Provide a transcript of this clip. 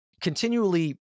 continually